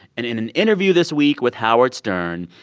and in an interview this week with howard stern,